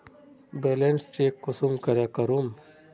Balance check कुंसम करे करूम?